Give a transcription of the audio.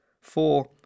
Four